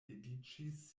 dediĉis